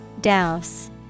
Douse